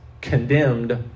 condemned